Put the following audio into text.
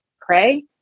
pray